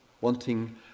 wanting